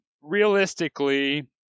realistically